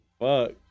Fuck